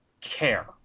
care